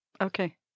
Okay